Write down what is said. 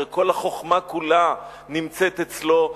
הרי כל החוכמה כולה נמצאת אצלו,